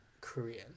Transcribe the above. Korean